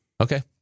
Okay